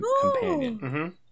companion